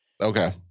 okay